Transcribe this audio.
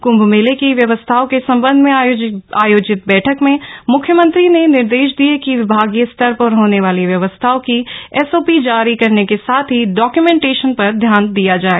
क्म्भ मेले की व्यवस्थाओं के सम्बन्ध में आयोजित बैठक में मुख्यमंत्री ने निर्देश दिये कि विभागीय स्तर पर होने वाली व्यवस्थाओं की एसओपी जारी करने के साथ ही डाक्यूमेन्टेशन पर ध्यान दिया जाय